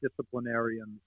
disciplinarians